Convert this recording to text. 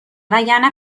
وگرنه